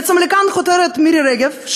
בעצם לכאן חותרת מירי רגב,